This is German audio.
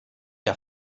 der